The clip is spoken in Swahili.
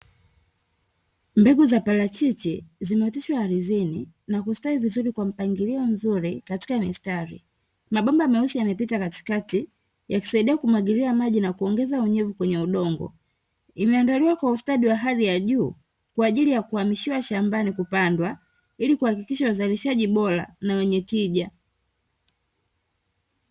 Mbegu za parachichi zimeoteshwa ardhini na kustawi vizuri kwa mpangilio mzuri katika mistari. Mabomba meusi yamepita katikati yakisaidia kumwagilia maji na kuongeza unyevu kwenye udongo. Imeandaliwa kwa ustadi wa hali ya juu, kwa ajili ya kuhamishia shambani kupandwa ili kuhakikisha uzalishaji bora na wenye tija.